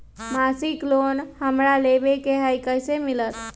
मासिक लोन हमरा लेवे के हई कैसे मिलत?